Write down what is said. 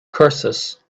curses